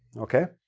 okay?